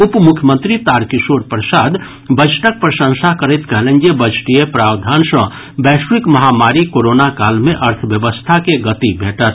उप मुख्यमंत्री तारकिशोर प्रसाद बजटक प्रशंसा करैत कहलनि जे बजटीय प्रावधान सॅ वैश्विक महामारी कोरोना काल मे अर्थव्यवस्था के गति भेटत